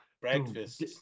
Breakfast